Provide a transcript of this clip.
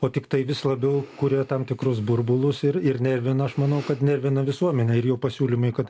o tiktai vis labiau kuria tam tikrus burbulus ir ir nervina aš manau kad nervina visuomenę ir jų pasiūlymai kad